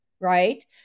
right